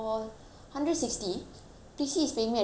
prissy is paying me additional forty dollars for transportation